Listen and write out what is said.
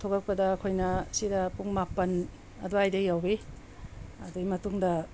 ꯊꯣꯛꯂꯛꯄꯗ ꯑꯩꯈꯣꯏꯅ ꯁꯤꯗ ꯄꯨꯡ ꯃꯥꯄꯜ ꯑꯗꯨꯋꯥꯏꯗ ꯌꯧꯋꯤ ꯑꯗꯨꯒꯤ ꯃꯇꯨꯡꯗ